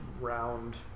round